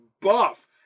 buff